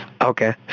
Okay